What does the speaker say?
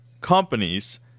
companies